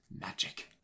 Magic